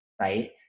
right